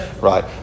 Right